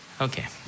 Okay